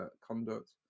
conduct